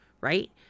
right